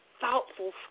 thoughtful